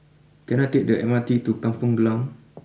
can I take the M R T to Kampong Glam